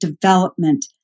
development